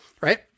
right